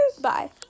Bye